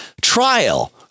trial